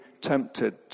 tempted